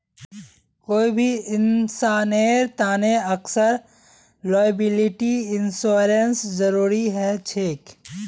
कोई भी इंसानेर तने अक्सर लॉयबिलटी इंश्योरेंसेर जरूरी ह छेक